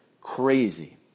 crazy